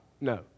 No